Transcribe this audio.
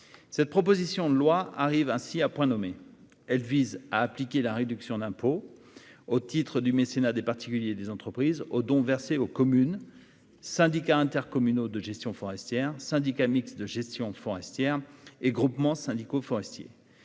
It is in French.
Cette proposition de loi arrive ainsi à point nommé. Elle vise à appliquer la réduction d'impôt au titre du mécénat des particuliers et des entreprises aux dons versés aux communes, syndicats intercommunaux de gestion forestière, syndicats mixtes de gestion forestière et groupements syndicaux forestiers,